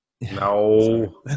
No